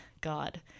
god